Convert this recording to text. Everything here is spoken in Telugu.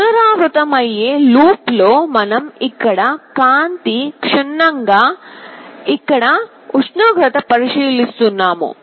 పునరావృతమయ్యే లూప్లో మనం ఇక్కడ కాంతిని క్షుణ్ణం గా ఉష్ణోగ్రతను పరిశీలిస్తున్నాము